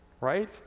right